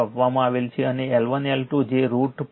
5 આપવામાં આવેલ છે અને L1 L2 જે √0